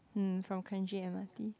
hmm from Kranji M_R_T